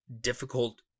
difficult